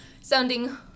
sounding